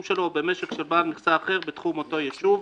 שלו או במשק של בעל מכסה אחר בתחום אותו יישוב,